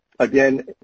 Again